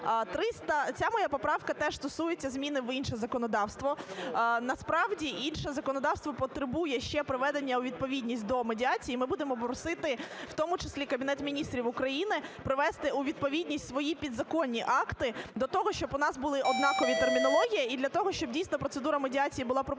Ця моя поправка теж стосується змін в інше законодавство. Насправді інше законодавство потребує ще приведення у відповідність до медіації. Ми будемо просити в тому числі Кабінет Міністрів України привести у відповідність свої підзаконні акти для того, щоб у нас була однакова термінологія і для того, щоб, дійсно, процедура медіації була прописана